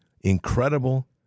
incredible